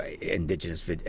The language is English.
Indigenous